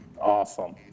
awesome